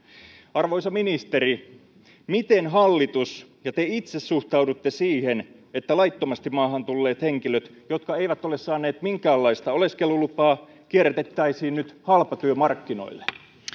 arvoisa ministeri miten hallitus ja te itse suhtaudutte siihen että laittomasti maahan tulleet henkilöt jotka eivät ole saaneet minkäänlaista oleskelulupaa kierrätettäisiin nyt halpatyömarkkinoille